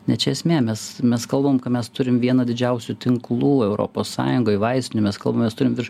ne čia esmė mes mes kalbam kad mes turim vieną didžiausių tinklų europos sąjungoj vaistinių mes kalbam mes turim virš